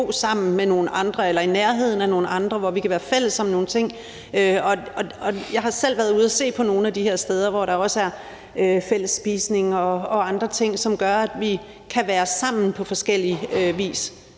sammen med nogle andre eller i nærheden af nogle andre, og hvor vi kan være fælles om nogle ting. Jeg har selv været ude at se på nogle af de her steder, hvor der også er fælles spisning og andre ting, som gør, at man kan være sammen på forskellig vis.